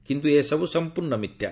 କିନ୍ତୁ ଏ ସବୁ ସମ୍ପୂର୍ଣ୍ଣ ମିଥ୍ୟା